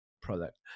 product